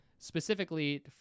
specifically